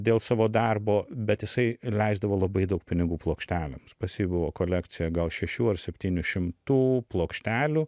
dėl savo darbo bet jisai ir leisdavo labai daug pinigų plokštelėms pas jį buvo kolekcija gal šešių ar septynių šimtų plokštelių